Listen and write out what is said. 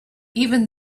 even